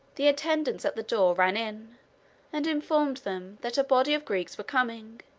the attendants at the door ran in and informed them that a body of greeks were coming.